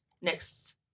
next